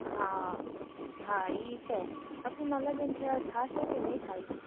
હા હા ઇ છે ટપુના લગન થ્યા થાસે કે નઇ થાય